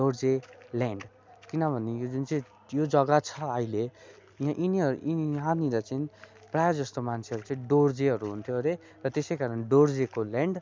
Dorje land किनभने यो जुन चाहिँ यो जग्गा छ अहिले यिनीहरू यहाँनिर चाहिँ प्रायः जस्तो मान्छेहरू चाहिँ दोर्जेहरू हुन्थ्यो हरे र त्यसै कारण दोर्जेको ल्यान्ड